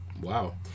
Wow